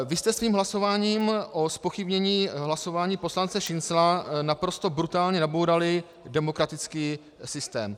Vy jste svým hlasováním o zpochybnění hlasování poslance Šincla naprosto brutálně nabourali demokratický systém.